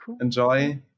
Enjoy